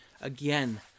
again